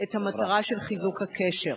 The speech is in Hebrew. את המטרה של חיזוק הקשר.